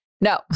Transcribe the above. No